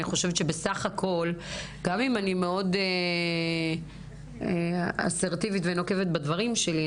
גם אם אני מאוד אסרטיבית ונוקבת בדברים שלי,